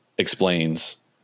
Explains